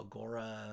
Agora